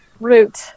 Root